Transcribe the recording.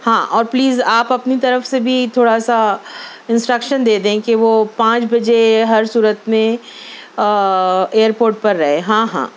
ہاں اور پلیز آپ اپنی طرف سے بھی تھوڑا سا انسٹکرشن دے دیں کہ وہ پانچ بجے ہر صورت میں ائیر پورٹ پر رہے ہاں ہاں